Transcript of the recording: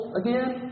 again